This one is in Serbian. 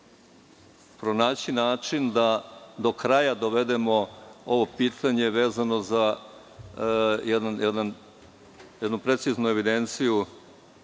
pronaći način da do kraja dovedemo ovo pitanje, vezano za jednu preciznu evidenciju